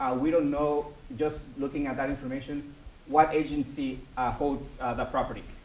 ah we don't know, just looking at that information what agency holds the property.